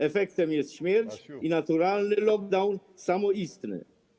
Efektem jest śmierć i naturalny lockdown samoistny.